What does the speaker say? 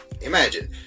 Imagine